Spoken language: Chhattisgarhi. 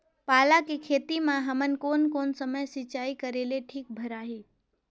पाला के खेती मां हमन कोन कोन समय सिंचाई करेले ठीक भराही?